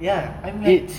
ya I'm like